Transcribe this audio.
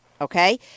Okay